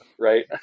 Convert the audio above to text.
right